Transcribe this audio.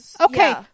Okay